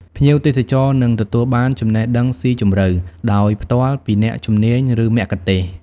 ភ្ញៀវទេសចរនឹងទទួលបាន ចំណេះដឹងស៊ីជម្រៅ ដោយផ្ទាល់ពីអ្នកជំនាញ ឬមគ្គុទ្ទេសក៍។